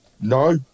No